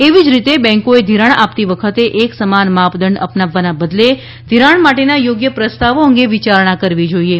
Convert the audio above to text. એવી જ રીતે બેન્કોએ ઘિરાણ આપતી વખતે એક સમાન માપદંડ અપનાવવાના બદલે ઘિરાણ માટેના યોગ્ય પ્રસ્તાવો અંગે વિચારણા કરવી જોઈએ